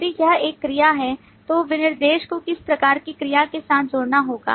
यदि यह एक क्रिया है तो विनिर्देश को किसी प्रकार की क्रिया के साथ जोड़ना होगा